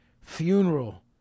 funeral